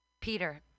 Peter